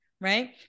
right